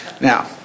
Now